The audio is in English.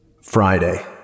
Friday